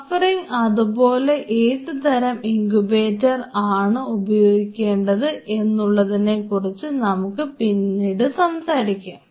buffering അതുപോലെ ഏതുതരം incubator ആണ് ഉപയോഗിക്കേണ്ടത് എന്നുള്ളതിനെ കുറിച്ച് നമുക്ക് പിന്നീട് സംസാരിക്കാം